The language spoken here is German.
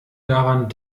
daran